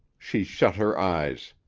she shut her eyes.